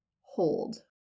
hold